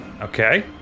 Okay